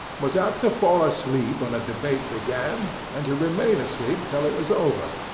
was apt to fall asleep when a debate began, and to remain asleep till it was over,